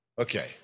Okay